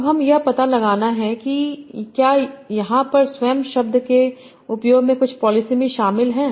अब हम यह पता लगानाकि क्या यहां पर स्वयं शब्द के उपयोग में कुछ पॉलिसमी शामिल हैं